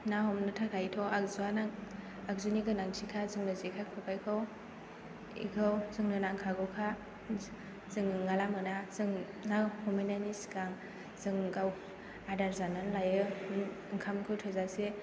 ना हमनो थाखायथ' आगजुनि गोनांथिखा जोंनो जेखाय खबायखौ बेखौ जोंनो नांखागौखा जों नङाब्ला मोना जों ना हमहैनायनि सिगां जों गाव आदार जानानै लायो ओंखामखौ थोजासे